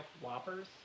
Whoppers